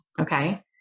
Okay